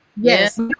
Yes